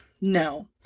no